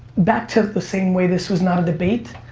back to the same way this was not a debate,